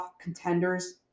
contenders